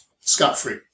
scot-free